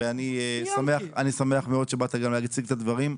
אני שמח מאוד שבאמת גם להציג את הדברים.